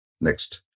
Next